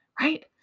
right